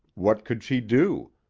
what could she do?